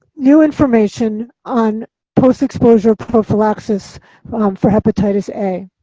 new information on post-exposure prophylaxis for hepatitis a.